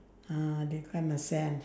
uh deep fry myself